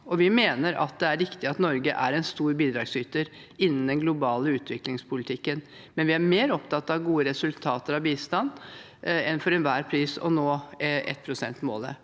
Vi mener det er riktig at Norge skal være en stor bidragsyter innen den globale utviklingspolitikken, men vi er mer opptatt av gode resultater av bistanden enn at den for enhver pris skal nå